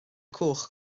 cwch